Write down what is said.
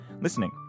listening